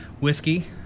whiskey